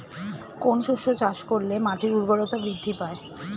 কোন শস্য চাষ করলে মাটির উর্বরতা বৃদ্ধি পায়?